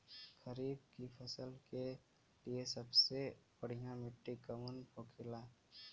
खरीफ की फसल के लिए सबसे बढ़ियां मिट्टी कवन होखेला?